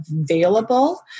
available